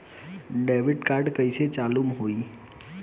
Debit card कइसे चालू होई?